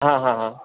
હા હા હા